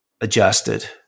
adjusted